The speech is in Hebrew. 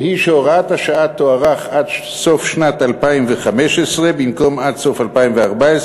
והיא שתוקפה של הוראת השעה יוארך עד סוף שנת 2015 במקום עד סוף 2014,